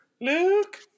Luke